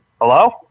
Hello